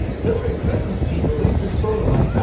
hillary clinton's team released this photo like,